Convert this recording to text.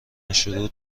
شروط